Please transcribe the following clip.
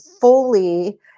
fully